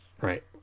right